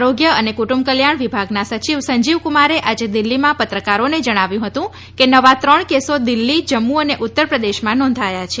આરોગ્ય અને કુંટુબ કલ્યાણ વિભાગના સચિવ સંજીવ ક્રમારે આજે દિલ્હીમાં પત્રકારોને જણાવ્યું હતુ કે નવા ત્રણ કેસો દિલ્હી જમ્મુ અને ઉત્તર પ્રદેશમાં નોંધાયા છે